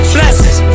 Blessings